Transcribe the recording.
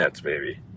baby